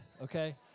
okay